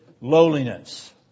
lowliness